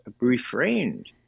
refrained